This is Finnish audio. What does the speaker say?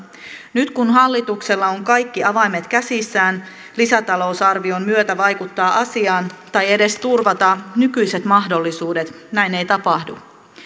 nyt kun hallituksella on kaikki avaimet käsissään lisätalousarvion myötä vaikuttaa asiaan tai edes turvata nykyiset mahdollisuudet näin ei tapahdu